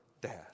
dad